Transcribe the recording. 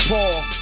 Paul